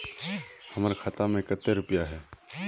हमर खाता में केते रुपया है?